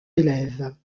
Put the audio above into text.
élèves